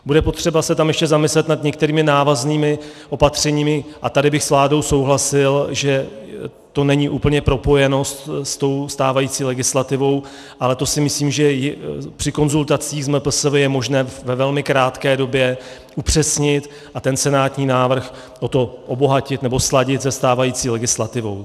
Bude potřeba se tam ještě zamyslet nad některými návaznými opatřeními, a tady bych s vládou souhlasil, že to není úplně propojeno se stávající legislativou, ale to si myslím, že při konzultacích s MPSV je možné ve velmi krátké době upřesnit a senátní návrh o to obohatit, nebo sladit se stávající legislativou.